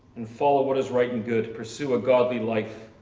and follow what is right and good, pursue a godly life,